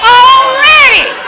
already